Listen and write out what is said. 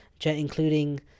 including